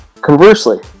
Conversely